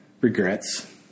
regrets